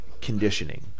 conditioning